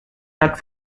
not